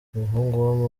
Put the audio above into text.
umuhungu